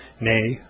nay